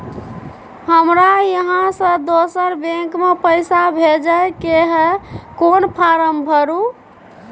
हमरा इहाँ से दोसर बैंक में पैसा भेजय के है, कोन फारम भरू?